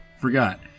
Forgot